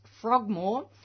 Frogmore